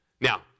Now